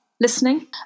listening